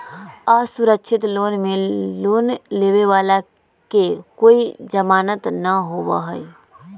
असुरक्षित लोन में लोन लेवे वाला के कोई जमानत न होबा हई